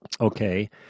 okay